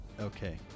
Okay